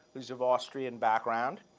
who's of austrian background,